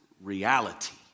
reality